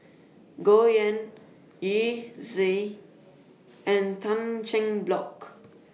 Goh Yihan Yu Zhuye and Tan Cheng Bock